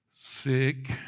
sick